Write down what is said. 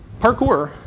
parkour